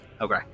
Okay